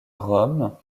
rome